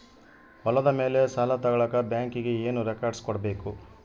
ಹೊಲದ ಮೇಲೆ ಸಾಲ ತಗಳಕ ಬ್ಯಾಂಕಿಗೆ ಏನು ಏನು ರೆಕಾರ್ಡ್ಸ್ ಕೊಡಬೇಕು?